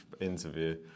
interview